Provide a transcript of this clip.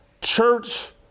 church